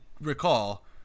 recall